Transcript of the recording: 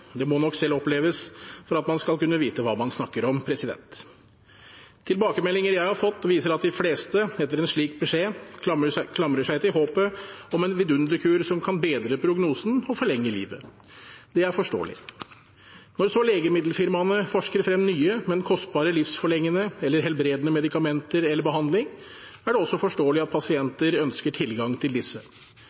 Det må nok oppleves for at man skal kunne vite hva man snakker om. Tilbakemeldinger jeg har fått, viser at de fleste etter en slik beskjed klamrer seg til håpet om en vidunderkur som kan bedre prognosen og forlenge livet. Det er forståelig. Når så legemiddelfirmaene forsker frem nye, men kostbare livsforlengende eller helbredende medikamenter eller behandling, er det også forståelig at pasienter ønsker tilgang til disse,